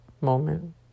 moment